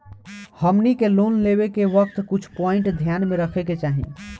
हमनी के लोन लेवे के वक्त कुछ प्वाइंट ध्यान में रखे के चाही